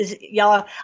Y'all